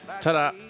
Ta-da